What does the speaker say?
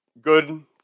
good